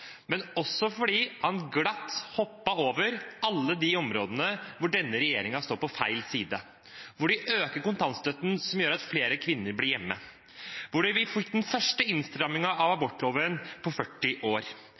fordi han glatt hoppet over alle de områdene hvor denne regjeringen står på feil side: De øker kontantstøtten, som gjør at flere kvinner blir hjemme. Vi fikk den første innstrammingen av abortloven på 40 år.